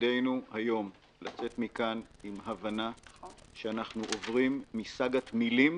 תפקידנו היום לצאת מכאן עם הבנה שאנחנו עוברים מסאגת מילים